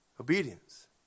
obedience